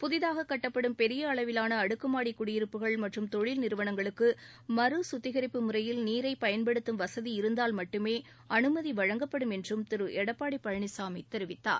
புதிதாக கட்டப்படும் பெரிய அளவிலான அடுக்குமாடி குடியிருப்புகள் மற்றும் தொழில் நிறுவனங்களுக்கு மறு சுத்திகிப்பு முறையில் நீரை பயன்படுத்தும் வசதி இருந்தால் மட்டுமே அனுமதி வழங்கப்படும் என்றும் திரு எடப்பாடி பழனிசாமி தெரிவித்தார்